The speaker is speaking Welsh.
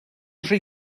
rhy